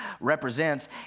represents